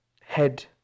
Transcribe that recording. head